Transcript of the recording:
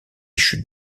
chute